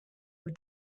were